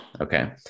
Okay